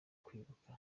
kwibuka